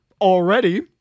already